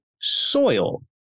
soil